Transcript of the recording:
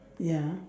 ya